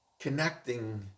connecting